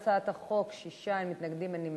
ההצעה להעביר את הצעת חוק רשות מקרקעי ישראל (תיקון מס' 9)